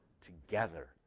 together